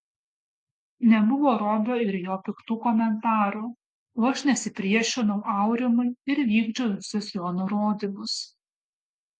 nebuvo robio ir jo piktų komentarų o aš nesipriešinau aurimui ir vykdžiau visus jo nurodymus